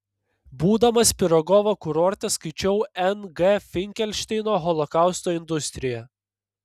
būdamas pirogovo kurorte skaičiau n g finkelšteino holokausto industriją